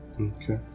Okay